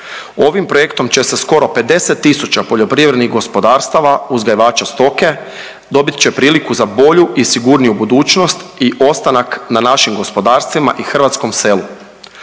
Ovim projektom će se skoro 50 tisuća poljoprivrednih gospodarstava, uzgajivača stoke, dobit će priliku za bolju i sigurniju budućnost i ostanak na našim gospodarstvima i hrvatskom selu.